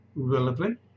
relevant